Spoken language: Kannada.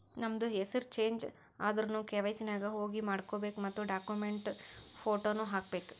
ನಮ್ದು ಹೆಸುರ್ ಚೇಂಜ್ ಆದುರ್ನು ಕೆ.ವೈ.ಸಿ ನಾಗ್ ಹೋಗಿ ಮಾಡ್ಕೋಬೇಕ್ ಮತ್ ಡಾಕ್ಯುಮೆಂಟ್ದು ಫೋಟೋನು ಹಾಕಬೇಕ್